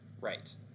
Right